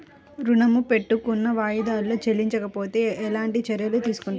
ఋణము పెట్టుకున్న వాయిదాలలో చెల్లించకపోతే ఎలాంటి చర్యలు తీసుకుంటారు?